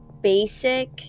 basic